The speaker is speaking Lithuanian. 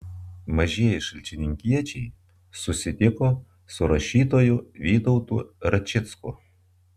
mažieji šalčininkiečiai susitiko su rašytoju vytautu račicku